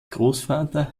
großvater